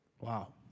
Wow